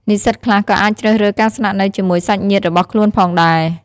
និស្សិតខ្លះក៏អាចជ្រើសរើសការស្នាក់នៅជាមួយសាច់ញាតិរបស់ខ្លួនផងដែរ។